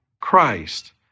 Christ